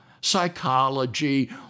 psychology